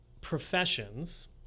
professions